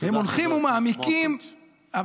הם הולכים ומעמיקים, תודה, חבר הכנסת סמוטריץ'.